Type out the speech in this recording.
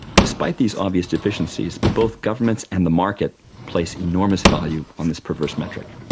despite these obvious deficiencies both governments and the market place enormous value on this perverse metric.